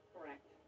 Correct